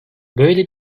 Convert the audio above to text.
böyle